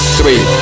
Three